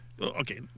Okay